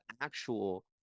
actual